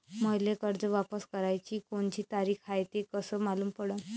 मले कर्ज वापस कराची कोनची तारीख हाय हे कस मालूम पडनं?